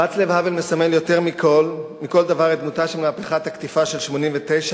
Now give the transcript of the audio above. ואצלב האוול מסמל יותר מכל דבר את דמותה של "מהפכת הקטיפה" של 1989,